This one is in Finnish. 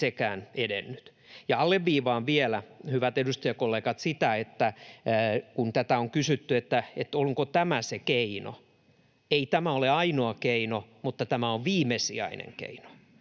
sekään edennyt. Ja alleviivaan vielä, hyvät edustajakollegat, sitä, kun on kysytty, onko tämä se keino, että ei tämä ole ainoa keino mutta tämä on viimesijainen keino,